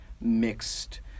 mixed